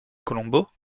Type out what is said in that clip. colombo